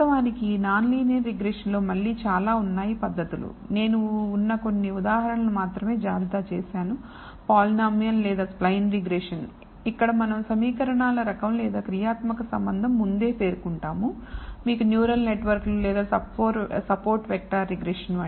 వాస్తవానికి non linear రిగ్రెషన్లో మళ్ళీ చాలా ఉన్నాయి పద్ధతులు నేను ఉన్న కొన్ని ఉదాహరణలు మాత్రమే జాబితా చేశాను Polynomial లేదా spline రిగ్రెషన్ ఇక్కడ మనం సమీకరణాల రకం లేదా క్రియాత్మక సంబంధం ముందే పేర్కొంటాం మీకు న్యూరల్ నెట్వర్క్లు లేదా సపోర్ట్ వెక్టర్ రిగ్రెషన్